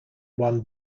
won